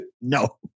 No